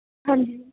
ਹਾਂਜੀ